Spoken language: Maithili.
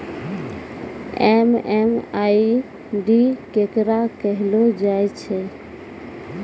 एम.एम.आई.डी केकरा कहलो जाय छै